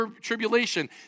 tribulation